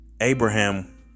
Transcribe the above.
Abraham